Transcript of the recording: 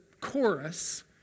chorus